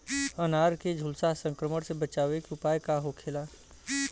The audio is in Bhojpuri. अनार के झुलसा संक्रमण से बचावे के उपाय का होखेला?